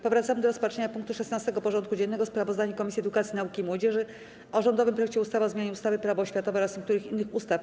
Powracamy do rozpatrzenia punktu 16. porządku dziennego: Sprawozdanie Komisji Edukacji, Nauki i Młodzieży o rządowym projekcie ustawy o zmianie ustawy - Prawo oświatowe oraz niektórych innych ustaw.